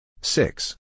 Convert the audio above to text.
Six